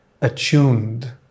attuned